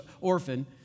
orphan